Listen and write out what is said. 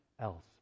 else